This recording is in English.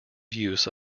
use